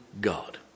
God